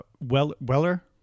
Weller